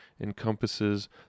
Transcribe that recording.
encompasses